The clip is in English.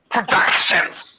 Productions